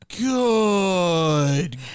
Good